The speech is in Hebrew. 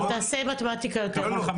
תעשה מתמטיקה יותר נכונה.